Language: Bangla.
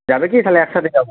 যাবে কি তাহলে একসাথে যাব